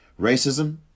racism